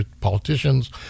politicians